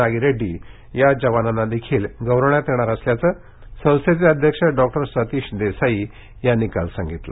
नागी रेड्डी या जवानांनाही गौरवण्यात येणार असल्याचं संस्थेचे अध्यक्ष डॉक्टर सतीश देसाई यांनी काल सांगितलं